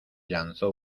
lanzó